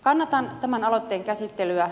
kannatan tämän aloitteen käsittelyä